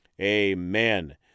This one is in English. amen